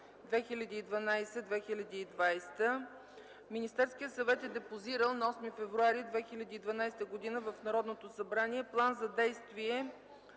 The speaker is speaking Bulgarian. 2012-2020, Министерският съвет е депозирал на 8 февруари 2012 г. в Народното събрание План за действие